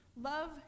Love